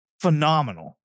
phenomenal